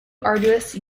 arduous